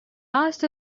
asked